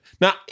now